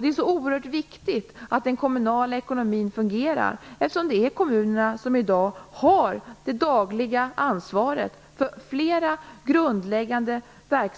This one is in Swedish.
Det är så oerhört viktigt att den kommunala ekonomin fungerar, eftersom det är kommunerna som i dag har det dagliga ansvaret för flera grundläggande